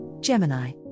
Gemini